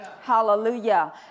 Hallelujah